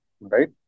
right